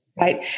Right